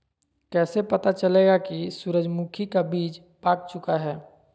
कैसे पता चलेगा की सूरजमुखी का बिज पाक चूका है?